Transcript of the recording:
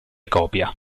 copia